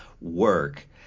work